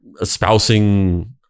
espousing